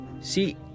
see